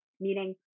Meaning